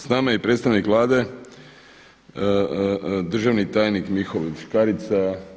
Sa nama je i predstavnik Vlade, državni tajnik Mihovil Škarica.